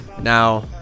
now